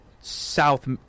South